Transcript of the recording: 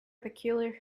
peculiar